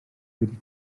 wedi